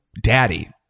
daddy